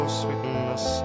sweetness